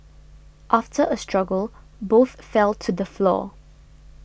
after a struggle both fell to the floor